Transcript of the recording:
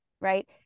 right